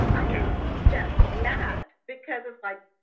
and just mad because it's like,